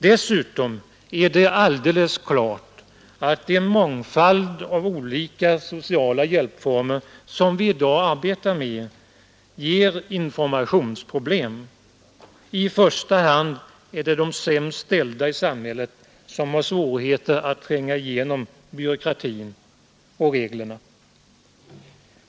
Dessutom är det alldeles klart att den mångfald av olika sociala hjälpformer, som vi i dag arbetar med, ger informationsproblem. I första hand är det de sämst ställda i samhället, som har svårigheter att tränga igenom byråkratin och reglerna.